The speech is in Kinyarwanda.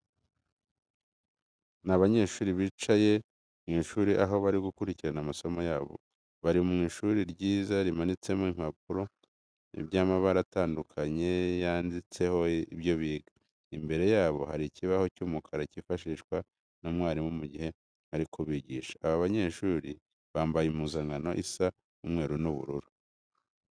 Ni abanyeshuri bicaye mu ishuri aho bari gukurikirana amasomo yabo, bari mu ishuri ryiza rimanitsemo ibipapuro by'amabara atandukanye byanditseho ibyo biga. Imbere yabo hari ikibaho cy'umukara cyifashishwa n'umwarimu mu gihe ari kubigisha. Aba banyeshuri bambaye impuzankano isa umweru n'ubururu.